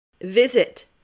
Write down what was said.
Visit